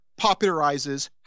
popularizes